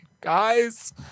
guys